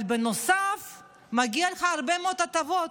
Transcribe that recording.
אבל בנוסף מגיעות לך הרבה מאוד הטבות: